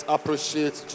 appreciate